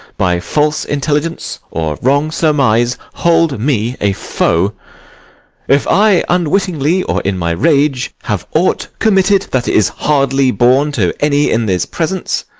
by false intelligence or wrong surmise, hold me a foe if i unwittingly, or in my rage, have aught committed that is hardly borne to any in this presence,